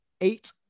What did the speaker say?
eight